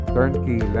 Turnkey